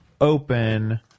open